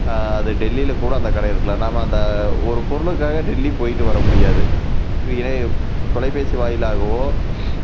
அது டெல்லியில் கூட அந்த கடை இருக்கலாம் நாம் அந்த ஒரு பொருளுக்காக டெல்லி போய்ட்டு வர முடியாது இணைய தொலைபேசி வாயிலாகவோ